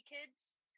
kids